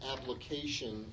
application